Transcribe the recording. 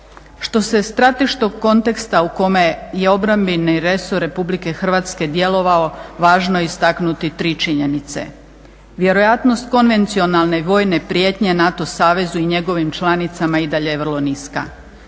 Što se strateškog konteksta u kome je obrambeni resor Republike Hrvatske djelovao, važno je istaknuti tri činjenice. Vjerojatnost konvencionalne vojne prijetnje NATO savezu i njegovim članicama i dalje je vrlo niska.